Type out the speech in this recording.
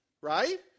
Right